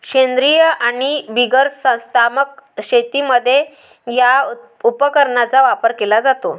सेंद्रीय आणि बिगर संस्थात्मक शेतीमध्ये या उपकरणाचा वापर केला जातो